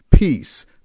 peace